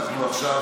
ברשותך,